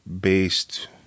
based